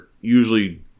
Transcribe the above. usually